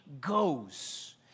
goes